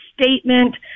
statement